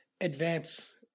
advance